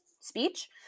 speech